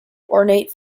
ornate